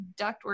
ductwork